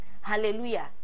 hallelujah